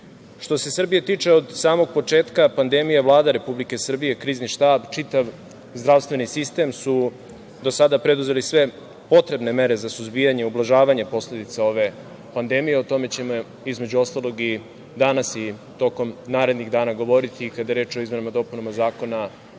se Srbije tiče, od samog početka pandemije Vlada Republike Srbije, Krizni štab, čitav zdravstveni sistem su do sada preduzeli sve potrebne mere za suzbijanje, ublažavanje posledica ove pandemije, o tome ćemo između ostalog, i danas i tokom narednih dana govoriti, kad je reč o izmenama i dopunama Zakona